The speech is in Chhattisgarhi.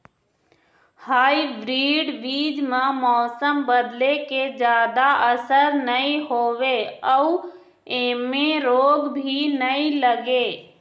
हाइब्रीड बीज म मौसम बदले के जादा असर नई होवे अऊ ऐमें रोग भी नई लगे